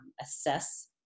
assess